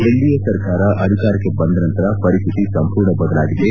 NDA ಸರ್ಕಾರ ಅಧಿಕಾರಕ್ಕೆ ಬಂದ ನಂತರ ಪರಿಸ್ಥಿತಿ ಸಂಪೂರ್ಣ ಬದಲಾಗಿದೆ